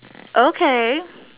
okay